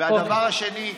הדבר השני,